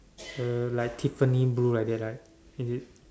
uh like Tiffany blue like that right is it